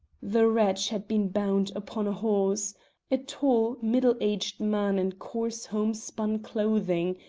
the wretch had been bound upon a horse a tall, middle-aged man in coarse home-spun clothing,